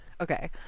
Okay